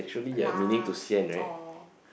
lah or